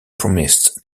promised